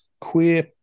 queer